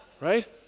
Right